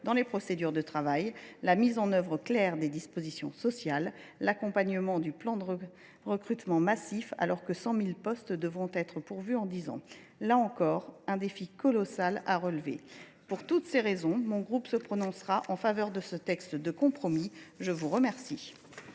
dans les procédures de travail ; la mise en œuvre claire des dispositions sociales ; enfin, l’accompagnement du plan de recrutement massif, 100 000 postes devant être pourvus en dix ans – il s’agit, là encore, d’un défi colossal à relever. Pour toutes ces raisons, mon groupe se prononcera en faveur de ce texte de compromis. La parole